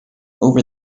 over